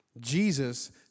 Jesus